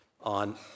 on